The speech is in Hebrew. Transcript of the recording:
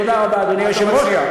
תודה רבה, אדוני היושב-ראש.